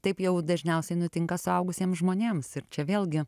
taip jau dažniausiai nutinka suaugusiems žmonėms ir čia vėlgi